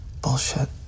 Bullshit